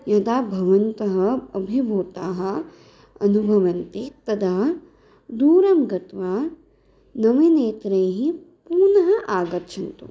यदा भवन्तः अभिभूताः अनुभवन्ति तदा दूरं गत्वा नविनेत्रैः पुनः आगच्छन्तु